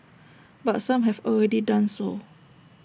but some have already done so